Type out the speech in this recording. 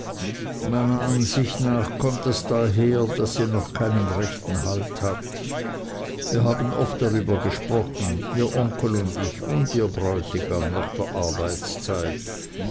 meiner ansicht nach kommt das daher daß sie noch keinen rechten halt hat wir haben oft darüber gesprochen ihr onkel und ich und ihr bräutigam nach der arbeitszeit